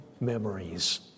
memories